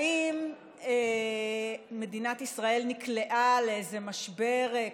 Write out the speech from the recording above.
האם מדינת ישראל נקלעה לאיזה משבר,